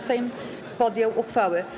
Sejm podjął uchwałę